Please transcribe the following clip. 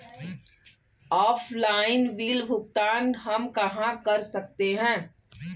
Offline bill भुगतान हम कहां कर सकते हैं?